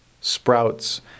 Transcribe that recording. sprouts